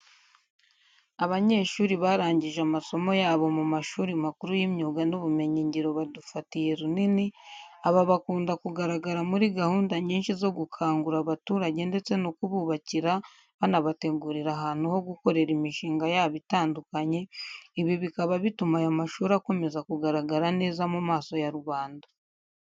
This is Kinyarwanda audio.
Abanyeshuri barangije amasomo yabo mu mashuri makuru y'imyuga n'ubumenyingiro badufatiye runini, aba bakunda kugaragara muri gahunda nyinshi zo gukangura abaturage ndetse no kububakira banabategurira ahantu ho gukorera imishinga yabo itandukanye, ibi bikaba bituma aya mashuri akomeza kugaragara neza mu maso ya rubanda.